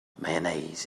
mayonnaise